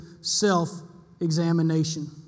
self-examination